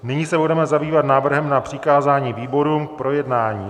Nyní se budeme zabývat návrhem na přikázání výborům k projednání.